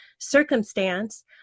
circumstance